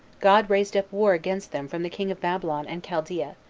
god raised up war against them from the king of babylon and chaldea,